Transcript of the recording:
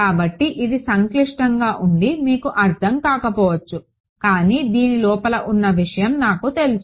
కాబట్టి ఇది సంక్లిష్టంగా ఉండి మీకు అర్దం కాకపోవచ్చు కానీ దీని లోపల ఉన్న విషయం నాకు తెలుసు